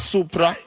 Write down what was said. Supra